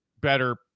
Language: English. better